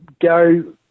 go